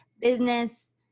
business